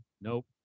Nope